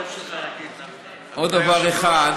עוד דבר אחד,